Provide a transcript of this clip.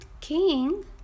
king